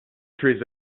trees